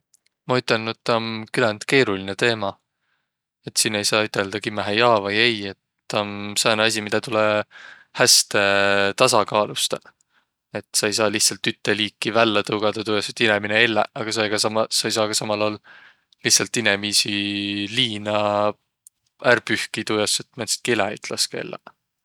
Maq ütelnüq, et tuu om küländ keerolinõ teema. Et siin ei saaq üteldäq kimmähe jaa vai ei, et taa om sääne asi, midä tulõ häste tasakaalustaq. Et saq ei saaq lihtsält ütte liiki vällä tõugadaq tuu jaos, et inemine elläq, aga saq ei saaq ka samal aol lihtsält inemiisi liina ärq pühkiq tuu jaos, et määndsitki eläjit laskõq elläq.